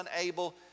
unable